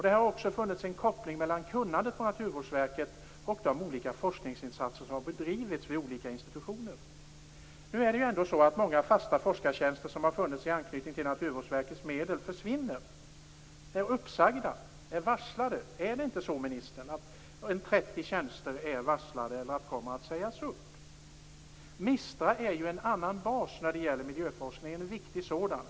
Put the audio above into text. Det har funnits en koppling mellan kunnandet på Naturvårdsverket och de olika forskningsinsatser som har bedrivits vid olika institutioner. Nu är det ändå så att många fasta forskartjänster som har funnits med anknytning till Naturvårdsverkets medel försvinner. Dessa personer är uppsagda och varslade. Är det inte så, ministern, att anställda på 30 tjänster är varslade eller kommer att sägas upp? MISTRA är en annan bas när det gäller miljöforskningen, och en viktig sådan.